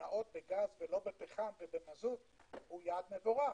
שמונעות בגז ולא בפחם ובמזוט הוא יעד מבורך.